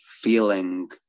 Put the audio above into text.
feeling